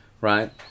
right